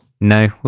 No